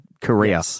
Korea